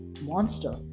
Monster